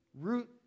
Root